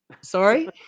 Sorry